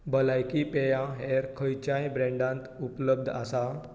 भलायकी पेयां हेर खंयच्याय ब्रँडांत उपलब्ध आसात